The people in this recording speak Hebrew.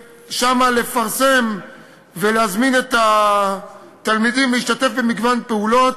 לפרסם שם ולהזמין את התלמידים להשתתף במגוון פעולות.